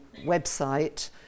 website